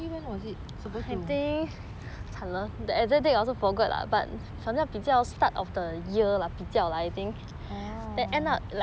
or originally when was it supposed to